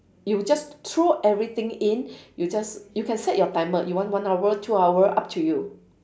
you just throw everything in you just you can set your timer you want one hour two hour up to you